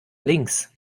links